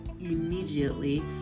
immediately